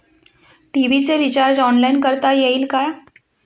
TV चे recharge online करता येईल का?